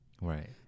right